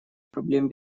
проблем